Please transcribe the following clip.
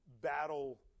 battle